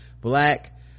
black